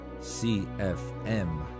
CFM